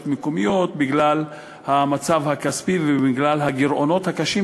מקומיות בגלל המצב הכספי ובגלל הגירעונות הקשים,